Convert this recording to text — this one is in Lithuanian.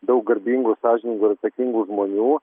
daug garbingų sąžiningų ir atsakingų žmonių